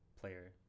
player